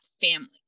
family